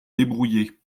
débrouiller